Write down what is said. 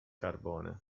carbone